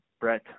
brett